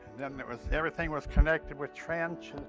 then there was. everything was connected with trench.